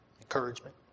encouragement